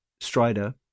Strider